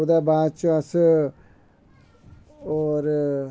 ओह्दै बाद च अस होर